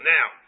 Now